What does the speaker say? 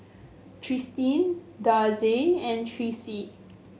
Tristen Darcie and Tyreese